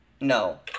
no